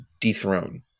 dethrone